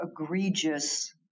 egregious